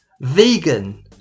vegan